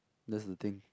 that's the thing